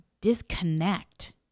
disconnect